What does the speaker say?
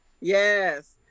Yes